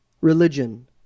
religion